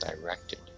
directed